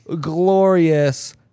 glorious